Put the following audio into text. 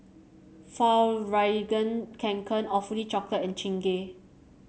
Fjallraven Kanken Awfully Chocolate and Chingay